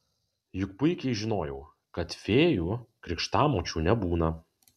juk puikiai žinojau kad fėjų krikštamočių nebūna